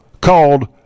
called